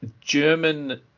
German